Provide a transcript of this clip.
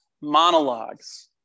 monologues